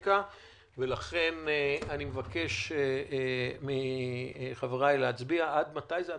ולכן אני מבקש מחבריי להצביע, עד מתי זה?